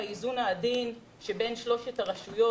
באיזון העדין בין שלוש הרשויות,